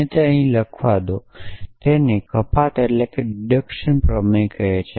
મને તે અહીં લખવા દો તેને કપાત પ્રમેય કહે છે